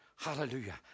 Hallelujah